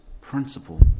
principle